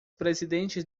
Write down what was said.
presidentes